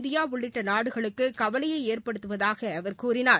இந்திய உள்ளிட்ட நாடுகளுக்கு கவலைனய ஏற்படுத்துவதாக அவர் கூறினார்